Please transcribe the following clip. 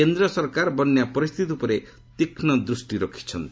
କେନ୍ଦ୍ର ସରକାର ବନ୍ୟା ପରିସ୍ଥିତି ଉପରେ ତୀକ୍ଷ୍ମ ଦୃଷ୍ଟି ରଖିଚ୍ଛନ୍ତି